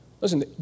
Listen